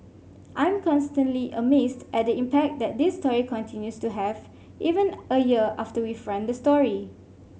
I'm constantly amazed at the impact that this story continues to have even a year after we've run the story